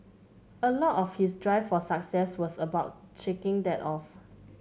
a lot of his drive for success was about shaking that off